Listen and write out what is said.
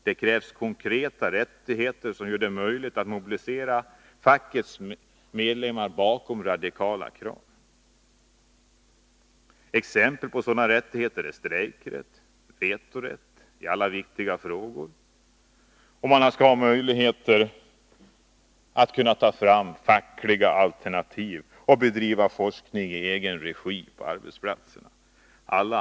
Det krävs konkreta rättigheter som gör det möjligt att mobilisera fackets medlemmar bakom radikala krav. Exempel på sådana rättigheter är strejkrätt och vetorätt i alla viktiga frågor. Facket skall vidare ges möjlighet att föra fram egna alternativ och att bedriva forskning i egen regi på arbetsplatserna.